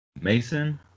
Mason